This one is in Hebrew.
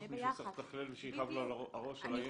מישהו צריך לטפל ושיכאב לו הראש על הילד.